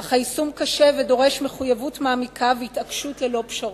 אך היישום קשה ודורש מחויבות מעמיקה והתעקשות ללא פשרות.